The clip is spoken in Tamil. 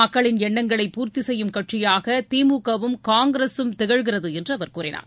மக்களின் எண்ணங்களை பூர்த்தி செய்யும் கட்சியாக திமுகவும் காங்கிரசும் திகழ்கிறது என்று அவர் கூறினார்